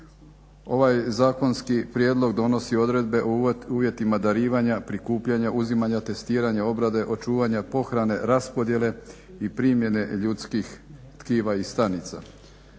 Ovaj zakonski prijedlog donosi odredbe o uvjetima darivanja, prikupljanja, uzimanja, testiranja, obrade, očuvanja pohrane, raspodjele i primjene ljudskih tkiva i stanica.